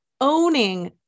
owning